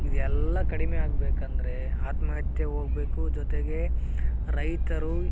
ಇದು ಎಲ್ಲ ಕಡಿಮೆ ಆಗಬೇಕಂದ್ರೆ ಆತ್ಮಹತ್ಯೆ ಹೋಗ್ಬೇಕು ಜೊತೆಗೆ ರೈತರು